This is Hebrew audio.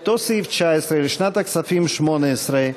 אותו סעיף 19 לשנת הכספים 2018,